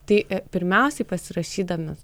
tai pirmiausiai pasirašydami